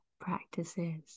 practices